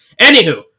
Anywho